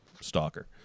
Stalker